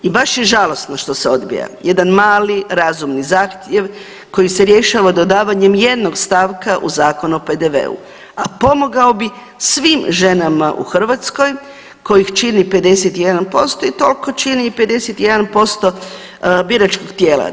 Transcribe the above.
I baš je žalosno što se odbija jedan mali, razumni zahtjev koji se rješava dodavanjem jednog stavka u Zakon o PDV-u, a pomogao bi svim ženama u Hrvatskoj kojih čini 51% i toliko čini i 51% biračkog tijela.